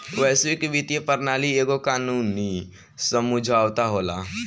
वैश्विक वित्तीय प्रणाली एगो कानूनी समुझौता होला